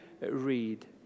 read